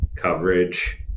coverage